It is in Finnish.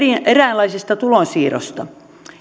eräänlaisesta tulonsiirrosta